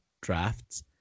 drafts